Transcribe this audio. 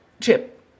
Chip